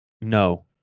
no